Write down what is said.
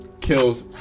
kills